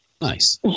Nice